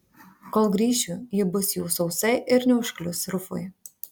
kol grįšiu ji bus jau sausa ir neužklius rufui